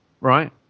right